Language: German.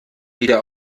wieder